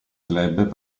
club